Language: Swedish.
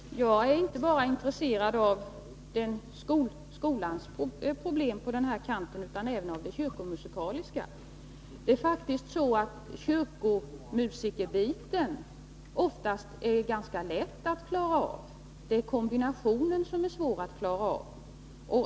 Herr talman! Jag är inte bara intresserad av skolans problem utan även av de kyrkomusikaliska. Kyrkomusikerdelen är oftast ganska lätt att klara av — det är kombinationen som är svår att klara av.